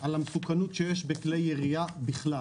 על המסוכנות שיש בכלי ירייה בכלל.